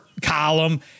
column